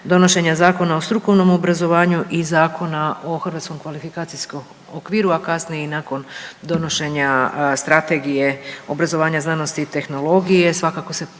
donošenja Zakona o strukovnom obrazovanju i Zakona o hrvatskom kvalifikacijskom okviru, a kasnije i nakon donošenja Strategije obrazovanja, znanosti i tehnologije svakako se